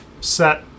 set